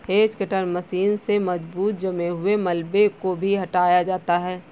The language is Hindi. हेज कटर मशीन से मजबूत जमे हुए मलबे को भी हटाया जाता है